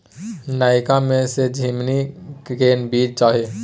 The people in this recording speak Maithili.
नयका में से झीमनी के बीज चाही?